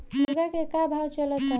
मुर्गा के का भाव चलता?